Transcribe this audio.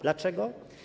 Dlaczego?